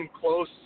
close